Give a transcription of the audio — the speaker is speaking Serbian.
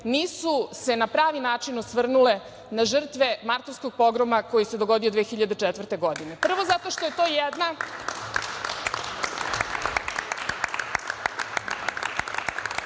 nisu se na pravi način osvrnule na žrtve Martovskog pogroma koji se dogodio 2004. godine. Prvo, zato što se radi o jednoj